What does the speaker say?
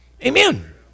Amen